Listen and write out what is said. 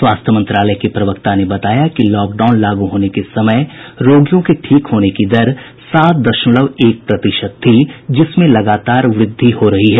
स्वास्थ्य मंत्रालय के प्रवक्ता ने बताया कि लॉकडाउन लागू होने के समय रोगियों के ठीक होने की दर सात दशमलव एक प्रतिशत थी जिसमें लगातार सुधार हो रहा है